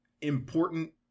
important